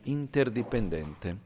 interdipendente